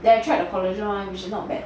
then I tried the collagen one which is not bad